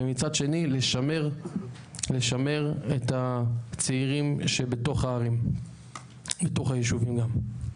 ומצד שני לשמר את הצעירים שבתוך הערים מתוך היישובים גם.